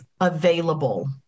available